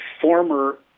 former